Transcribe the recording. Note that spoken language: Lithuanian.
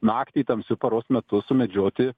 naktį tamsiu paros metu sumedžioti